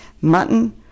mutton